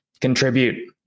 contribute